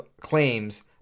claims